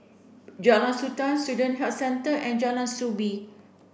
Jalan Sultan Student Health Centre and Jalan Soo Bee